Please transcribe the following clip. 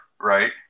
right